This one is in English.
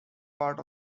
part